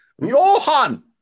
Johan